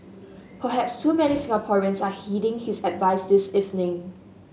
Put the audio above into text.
perhaps too many Singaporeans are heeding his advice this evening